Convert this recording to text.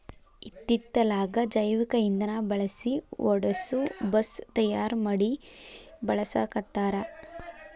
ಇತ್ತಿತ್ತಲಾಗ ಜೈವಿಕ ಇಂದನಾ ಬಳಸಿ ಓಡಸು ಬಸ್ ತಯಾರ ಮಡಿ ಬಳಸಾಕತ್ತಾರ